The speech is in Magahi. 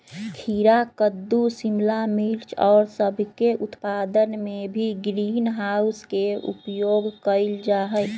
खीरा कद्दू शिमला मिर्च और सब के उत्पादन में भी ग्रीन हाउस के उपयोग कइल जाहई